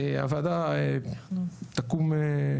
הוועדה תקום.